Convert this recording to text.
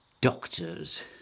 Doctors